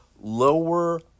Lower